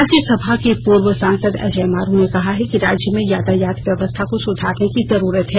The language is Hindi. राज्यसभा के पूर्व सांसद अजय मारू ने कहा है कि राज्य में यातायात व्यवस्था को सुधारने की जरूरत हैं